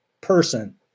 person